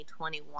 2021